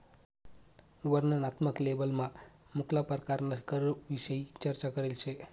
वर्णनात्मक लेबलमा मुक्ला परकारना करविषयी चर्चा करेल शे